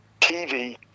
TV